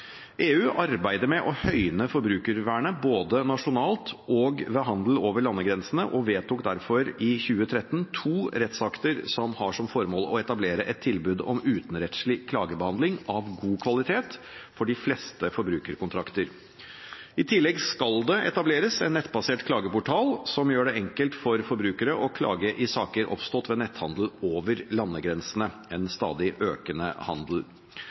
EU arbeider med å høyne forbrukervernet, både nasjonalt og ved handel over landegrensene, og vedtok derfor i 2013 to rettsakter som har som formål å etablere et tilbud om utenrettslig klagebehandling av god kvalitet for de fleste forbrukerkontrakter. I tillegg skal det etableres en nettbasert klageportal som gjør det enkelt for forbrukere å klage i saker oppstått ved netthandel over landegrensene – en stadig økende handel.